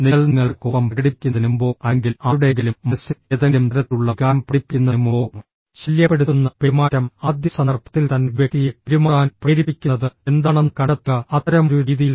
നിങ്ങൾ നിങ്ങളുടെ കോപം പ്രകടിപ്പിക്കുന്നതിന് മുമ്പോ അല്ലെങ്കിൽ ആരുടെയെങ്കിലും മനസ്സിൽ ഏതെങ്കിലും തരത്തിലുള്ള വികാരം പ്രകടിപ്പിക്കുന്നതിന് മുമ്പോ ശല്യപ്പെടുത്തുന്ന പെരുമാറ്റം ആദ്യ സന്ദർഭത്തിൽ തന്നെ വ്യക്തിയെ പെരുമാറാൻ പ്രേരിപ്പിക്കുന്നത് എന്താണെന്ന് കണ്ടെത്തുക അത്തരമൊരു രീതിയിൽ